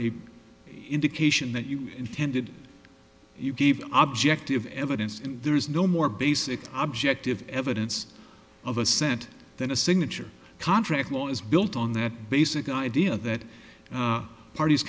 any indication that you intended you gave object of evidence and there is no more basic object of evidence of a cent than a signature contract law is built on that basic idea that parties